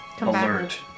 alert